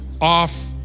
off